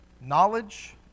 knowledge